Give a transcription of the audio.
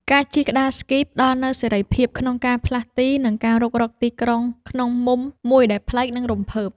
ការជិះក្ដារស្គីផ្ដល់នូវសេរីភាពក្នុងការផ្លាស់ទី និងការរុករកទីក្រុងក្នុងមុំមួយដែលប្លែក និងរំភើប។